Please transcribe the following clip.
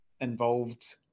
involved